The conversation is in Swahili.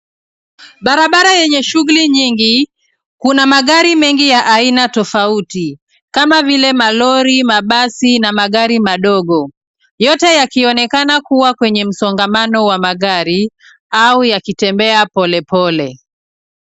Barabara yenye shughuli nyingi, kuna magari mengi ya aina tofauti. Kama vile malori, mabasi, na magari madogo. Yote yakionekana kuwa kwenye msongamano wa magari, au yakitembea polepole.